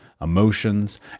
emotions